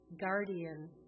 guardian